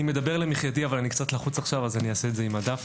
אני מדבר למחייתי אבל אני קצת לחוץ עכשיו אז אעשה את זה עם הדף,